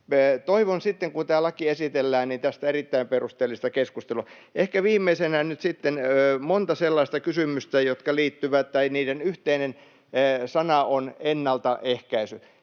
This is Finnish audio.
sitten, kun tämä laki esitellään, tästä erittäin perusteellista keskustelua. Ehkä viimeisenä nyt sitten monta sellaista kysymystä, joiden yhteinen sana on ennaltaehkäisy,